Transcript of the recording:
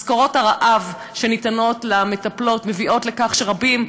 משכורות הרעב של המטפלות מביאות לכך שרבים,